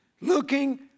Looking